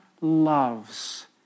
loves